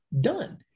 done